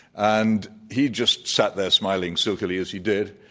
and he just sat there smiling silkily as he did.